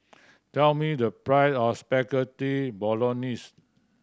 tell me the price of Spaghetti Bolognese